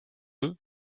eux